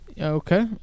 okay